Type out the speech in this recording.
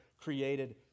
created